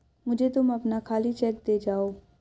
मुझे तुम अपना खाली चेक दे जाओ